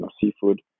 seafood